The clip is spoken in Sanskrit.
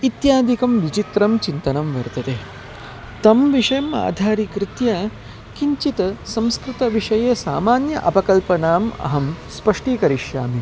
इत्यादिकं विचित्रं चिन्तनं वर्तते तं विषयम् आधारीकृत्य किञ्चित् संस्कृतविषये सामान्याम् अपकल्पनाम् अहं स्पष्टीकरिष्यामि